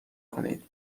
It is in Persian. کنید